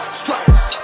stripes